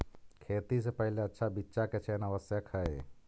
खेती से पहिले अच्छा बीचा के चयन आवश्यक हइ